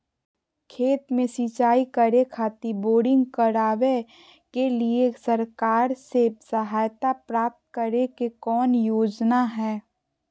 खेत में सिंचाई करे खातिर बोरिंग करावे के लिए सरकार से सहायता प्राप्त करें के कौन योजना हय?